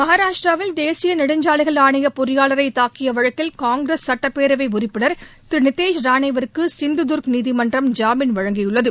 மகாராஷ்டிராவில் தேசிய நெடுஞ்சாலைகள் ஆணைய பொறியாளரை தாக்கிய வழக்கில் காங்கிரஸ் சட்டப்பேரவை உறுப்பினர் திரு நித்தேஷ் ராணேவுக்கு சிந்து துர்க் நீதிமன்றம் ஜாமீன் வழங்கியுள்ளது